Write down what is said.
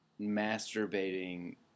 masturbating